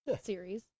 series